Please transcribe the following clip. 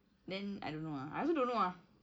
then I don't know ah I also don't know ah